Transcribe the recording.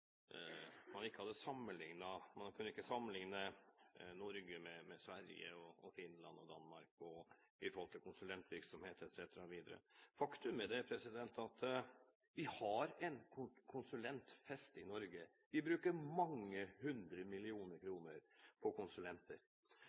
man ikke kunne sammenlikne Norge med Sverige, Finland og Danmark når det gjelder konsulentvirksomhet etc. Faktum er at vi har en konsulentfest i Norge. Vi bruker mange hundre millioner kroner på konsulenter.